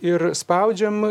ir spaudžiam